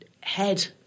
head